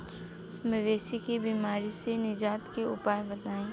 मवेशी के बिमारी से निजात के उपाय बताई?